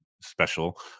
special